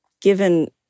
given